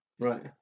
right